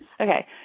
Okay